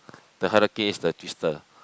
the hurricane is the twister